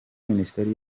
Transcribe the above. minisiteri